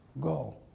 go